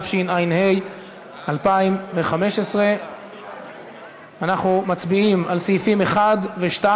התשע"ה 2015. אנחנו מצביעים על סעיפים 1 ו-2.